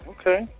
Okay